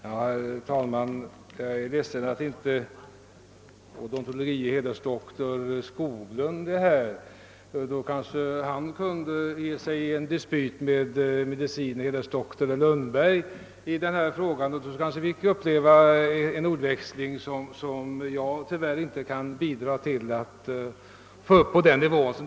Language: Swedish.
Herr talman! Jag är ledsen att inte odontologie hedersdoktor Skoglund är här, ty han kunde kanske ha gett sig in i en dispyt med medicine hedersdoktor Lundberg i denna fråga. Då kunde vi kanske ha fåti uppleva en ordväxling på en nivå som jag tyvärr inte kan nå upp till.